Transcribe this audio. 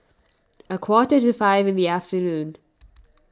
a quarter to five in the afternoon